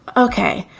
ok.